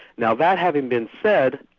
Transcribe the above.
now that having been said,